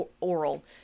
oral